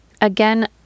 Again